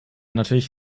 natürlich